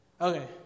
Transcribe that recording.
Okay